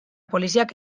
poliziak